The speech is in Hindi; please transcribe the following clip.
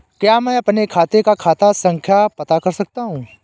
क्या मैं अपने खाते का खाता संख्या पता कर सकता हूँ?